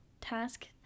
task